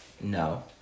No